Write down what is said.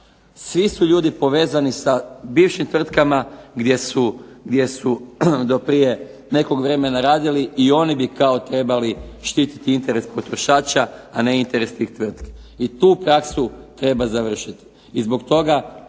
svi su ljudi povezani sa bivšim tvrtkama gdje su do prije nekog vremena radili i oni bi kao trebali štititi interes potrošača, a ne interes tih tvrtki. I tu praksu treba završiti.